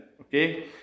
Okay